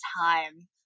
time